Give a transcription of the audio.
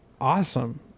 awesome